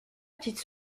petite